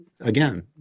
again